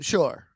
Sure